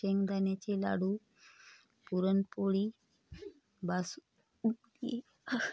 शेंगदाण्याचे लाडू पुरणपोळी बासुंदी